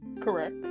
Correct